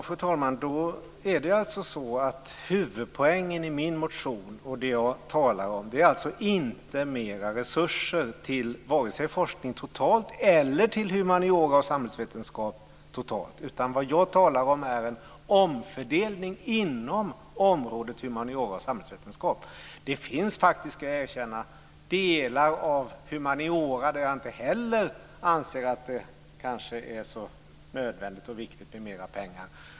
Fru talman! Huvudpoängen i min motion och i det som jag talar om är alltså inte mera resurser till vare sig forskning totalt eller till humaniora och samhällsvetenskap totalt, utan vad jag talar om är en omfördelning inom området humaniora och samhällsvetenskap. Jag ska faktiskt erkänna att det finns delar av humaniora där jag inte heller anser att det är så nödvändigt och viktigt med mera pengar.